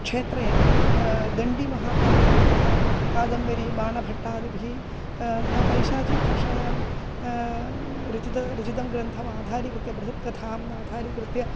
क्षेत्रे दण्डीमहाभागेन तथा कादम्बरी बाणभट्टादिभिः तदा पैशाचि भाषायां रचितं रचितं ग्रन्थमाधारीकृत्य बृहत्कथाम् आधारीकृत्य